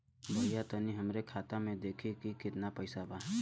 भईया तनि हमरे खाता में देखती की कितना पइसा बा?